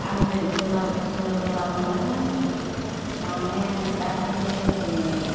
आं जिब जुनार फिसिनो मोजां मोनो माने दासान्दि जोंनि